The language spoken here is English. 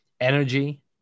energy